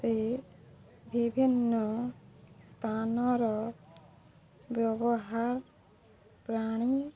ରେ ବିଭିନ୍ନ ସ୍ଥାନର ବ୍ୟବହାର ଜାଣି